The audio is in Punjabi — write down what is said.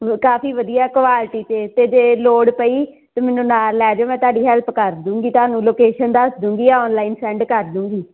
ਵ ਕਾਫ਼ੀ ਵਧੀਆ ਕੁਆਲਿਟੀ ਤਾਂ ਅਤੇ ਜੇ ਲੋੜ ਪਈ ਤਾਂ ਮੈਨੂੰ ਨਾਲ ਲੈ ਜਾਇਓ ਮੈਂ ਤੁਹਾਡੀ ਹੈਲਪ ਕਰ ਦੂੰਗੀ ਤੁਹਾਨੂੰ ਲੋਕੇਸ਼ਨ ਦੱਸ ਦੂੰਗੀ ਔਨਲਾਈਨ ਸੈਂਡ ਕਰ ਦੂੰਗੀ